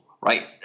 right